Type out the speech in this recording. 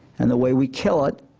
and the way we kill it